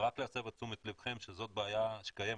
רק להסב את תשומת ליבכם שזו בעיה שקיימת,